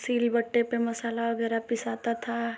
सिलबट्टे पर मसाला वग़ैरह पिसाता था